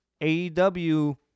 AEW